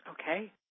Okay